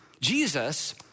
Jesus